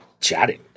chatting